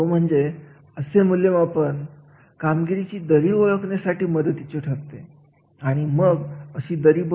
म्हणून आपण येथे खूप काळजी घेणे गरजेचे आहे जेव्हा आपण कार्याचे मूल्यमापन विषय बोलत असतो